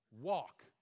Walk